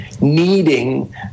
needing